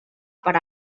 per